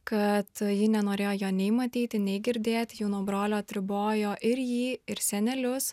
kad ji nenorėjo jo nei matyti nei girdėt jau nuo brolio atribojo ir jį ir senelius